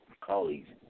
colleagues